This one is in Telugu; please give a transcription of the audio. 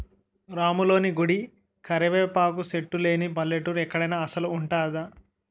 రాములోని గుడి, కరివేపాకు సెట్టు లేని పల్లెటూరు ఎక్కడైన ఉంటదా అసలు?